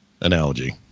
analogy